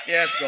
Yes